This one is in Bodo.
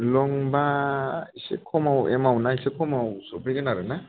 लंबा ऐसे खमाव एमाउन्टा ऐसे खमाव सफैगोन आरो ना